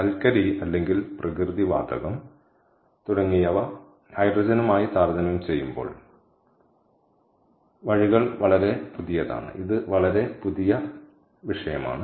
കൽക്കരി അല്ലെങ്കിൽ പ്രകൃതിവാതകം തുടങ്ങിയ ഹൈഡ്രജനുമായി താരതമ്യം ചെയ്യുമ്പോൾ വഴികൾ വളരെ പുതിയതാണ് ഇത് വളരെ പുതിയ വിഷയമാണ്